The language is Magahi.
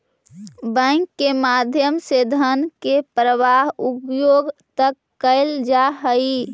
बैंक के माध्यम से धन के प्रवाह उद्योग तक कैल जा हइ